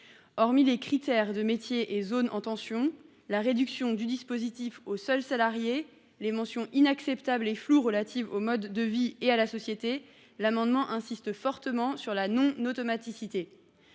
Hormis les critères de métiers et zones en tension, la réduction du dispositif aux seuls salariés et les mentions inacceptables et floues relatives au mode de vie et à la société aboutissent à la non automaticité